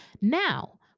Now